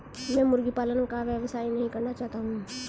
मैं मुर्गी पालन का व्यवसाय नहीं करना चाहता हूँ